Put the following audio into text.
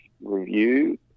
review